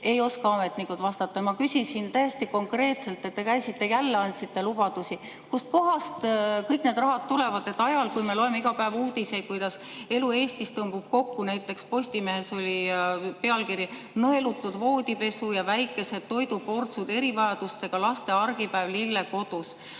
ei oska vastata. Ma küsisin täiesti konkreetselt, et kui te käisite, jälle andsite lubadusi, siis kust kohast kõik see raha tuleb ajal, kui me loeme iga päev uudiseid, kuidas elu Eestis tõmbub kokku. Näiteks oli Postimehes pealkiri: "Nõelutud voodipesu ja väikesed toiduportsud: erivajadustega laste argipäev Lille Kodus".